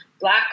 black